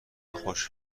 خوش